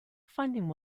finding